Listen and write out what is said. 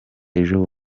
ejo